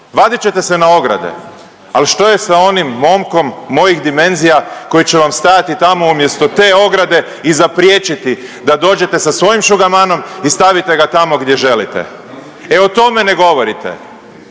vadit ćete se na ograde, al što je sa onim momkom mojih dimenzija koji će vam stajati tamo umjesto te ograde i zapriječiti da dođete sa svojim šugamanom i stavite ga tamo gdje želite, e o tome ne govorite,